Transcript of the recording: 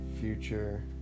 future